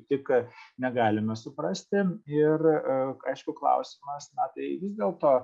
kaip tik negalime suprasti ir aišku klausimas na tai vis dėlto